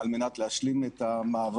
על מנת להשלים את המעבר,